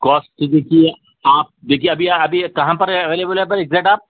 cost تو دیکھیے آپ دیکھیے ابھی ابھی کہاں پر ہے اویلیبل ہے پر اگزیکٹ آپ